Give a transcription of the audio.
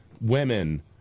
women